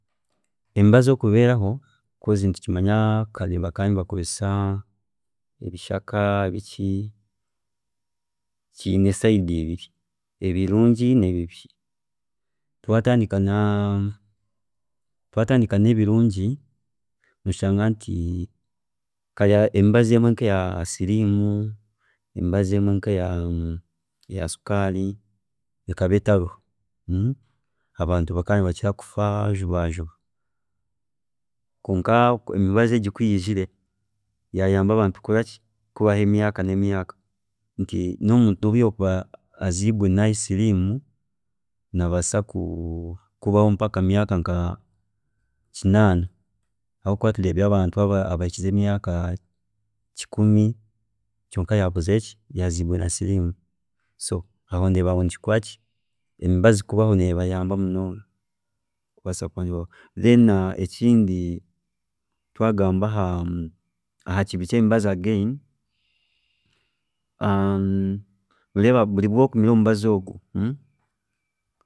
﻿Emibazi okubeeraho because nitukimanya kare bakaba bakozesa ebishaka, biki, kiine side ibiri, ebirungi nebibi, twatandika na nebirungi, nitukimanya ngu kare emibazi emwe nk'eya siriimu, emibazi emwe nkeya sukaari, ekaba etariho, abantu bakaba nibakira kufwa juba juba kwonka emibazi kuyiijire yayamba abantu kukora ki kubaho emyaaka nemyaaka nti nomuntu nobu yaakuba aziirwe nayo siriimu nabaasa kubaho mpaka emyaaka nka kinaana habwokuba tureebire abantu abahikize emyaaka nka kikumi kwonka yakozire ki, yaziirwe na siriimu so aho ndeeba ngu nikikoraki, emibazi kubaho nebayamba munonga, then ekindi twagamba aha ahakibi kyemibazi again, noreeba buri obu okumira omubazi ogu.